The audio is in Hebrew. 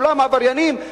כולם עבריינים,